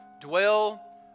dwell